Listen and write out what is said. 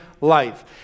Life